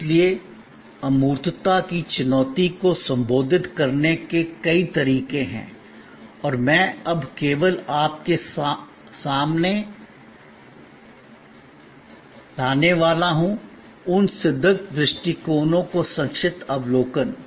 इसलिए अमूर्तता की चुनौती को संबोधित करने के कई तरीके हैं और मैं अब केवल आपके सामने आने वाला हूं उन सिद्ध दृष्टिकोणों का संक्षिप्त अवलोकन